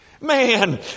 Man